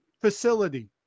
facility